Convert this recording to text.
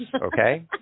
Okay